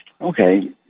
Okay